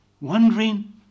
wondering